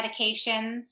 medications